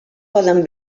poden